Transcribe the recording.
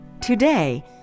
Today